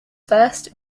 first